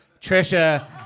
Trisha